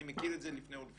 אני מכיר את זה לפני ולפנים.